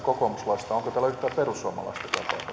kokoomuslaista onko täällä yhtään perussuomalaistakaan paikan päällä